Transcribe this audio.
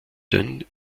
dünn